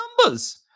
numbers